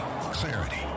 clarity